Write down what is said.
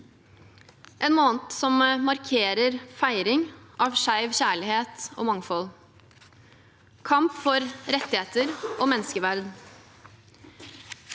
en måned som markerer feiring av skeiv kjærlighet og mangfold, kamp for rettigheter og menneskeverd.